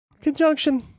conjunction